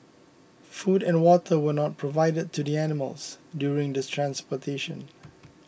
food and water were not provided to the animals during the transportation